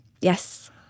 Yes